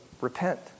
repent